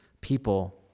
people